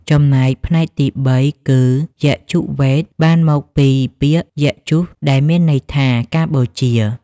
ចំណែកផ្នែកទី៣គឺ យជុវ៌េទ បានមកពីពាក្យ យជុស ដែលមានន័យថា ការបូជា។